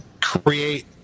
create